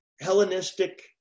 Hellenistic